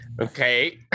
Okay